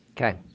Okay